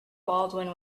baldwin